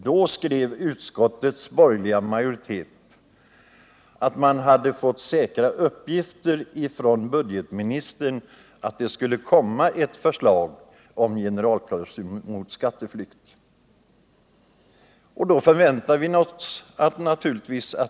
Då skrev utskottets borgerliga majoritet att man från budgetministern hade fått säkra uppgifter om att det skulle komma ett förslag om generalklausul mot skatteflykt.